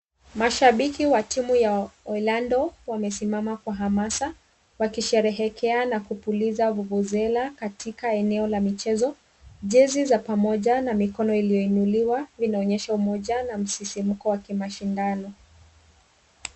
Mashabiki wa timu ya Orlando wamesimama kwa hamasa wakisherehekea na kupuliza vuvuzela katika eneo la michezo. Jezi za pamoja na mikono iliyoinuliwa vinaonyesha umoja na msisimko wa kimashindano.